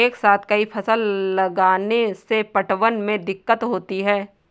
एक साथ कई फसल लगाने से पटवन में दिक्कत होती है